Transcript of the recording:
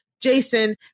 jason